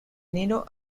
enero